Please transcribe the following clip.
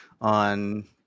on